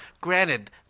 Granted